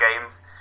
games